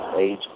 age